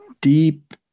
deep